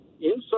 inside